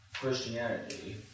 Christianity